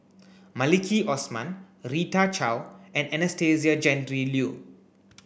Maliki Osman Rita Chao and Anastasia Tjendri Liew